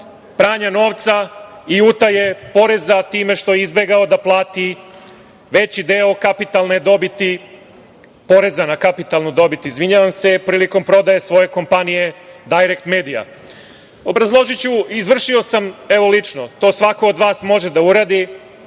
pranja novca i utaje poreza time što je izbegao da plati veći deo kapitalne dobiti, poreza na kapitalnu dobit, izvinjavam se, prilikom prodaje svoje kompanije „Dajrekt medija“?Obrazložiću. Izvršio sam lično, to svako od vas može da uradi,